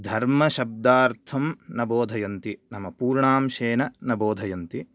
धर्मशब्दार्थं न बोधयन्ति नाम पूर्णांशेन न बोधयन्ति